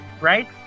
right